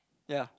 ya